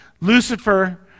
Lucifer